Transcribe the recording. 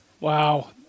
wow